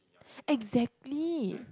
exactly